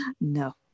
no